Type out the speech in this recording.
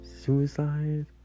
Suicide